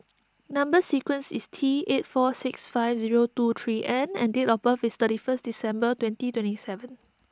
Number Sequence is T eight four six five zero two three N and date of birth is thirty first December twenty twenty seven